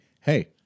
hey